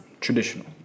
Traditional